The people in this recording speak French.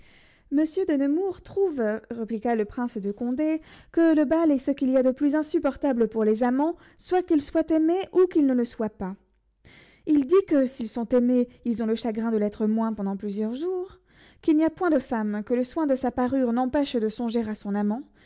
monsieur de nemours trouve répliqua le prince de condé que le bal est ce qu'il y a de plus insupportable pour les amants soit qu'ils soient aimés ou qu'ils ne le soient pas il dit que s'ils sont aimés ils ont le chagrin de l'être moins pendant plusieurs jours qu'il n'y a point de femme que le soin de sa parure n'empêche de songer à son amant